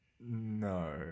No